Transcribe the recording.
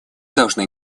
должны